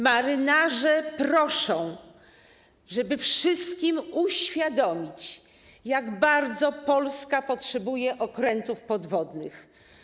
Marynarze proszą, żeby wszystkim uświadomić, jak bardzo Polska potrzebuje okrętów podwodnych.